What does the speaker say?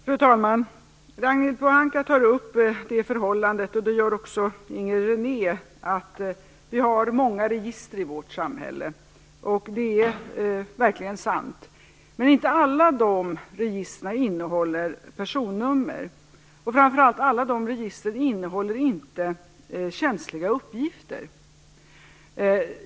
Fru talman! Ragnhild Pohanka och också Inger René tar upp det förhållandet att vi har många register i vårt samhälle, och det är verkligen sant. Men inte alla de registren innehåller personnummer. Framför allt innehåller inte alla de registren känsliga uppgifter.